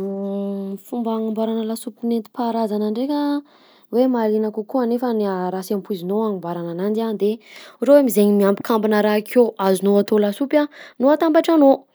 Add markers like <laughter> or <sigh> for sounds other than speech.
<hesitation> Fomba agnamboarana lasopy nentim-paharazana ndraika hoe mahaliana kokoa nefany <hesitation> raha sy ampoizinao agnamboarana ananjy a de ohatra hoe am'zaigny miambokambonà raha akeo azonao atao lasopy a no atambatranao,